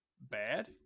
bad